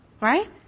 right